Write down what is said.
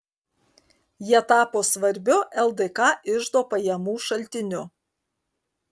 jie tapo svarbiu ldk iždo pajamų šaltiniu